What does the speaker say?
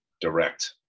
direct